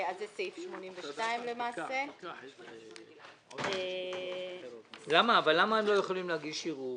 זה למעשה סעיף 82. למה הם לא יכולים להגיש ערעור?